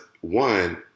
one